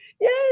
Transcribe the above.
yes